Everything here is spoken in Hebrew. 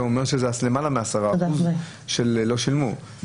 זה אומר שזה יותר מ-10% שלא שילמו.